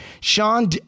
Sean